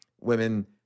women